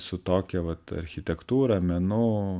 su tokia vat architektūra menu